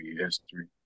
history